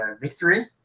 Victory